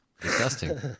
Disgusting